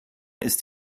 ist